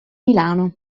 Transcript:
milano